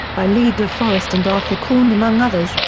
by lee de forest and arthur korn among others,